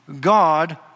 God